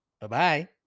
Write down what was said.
Bye-bye